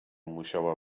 musiała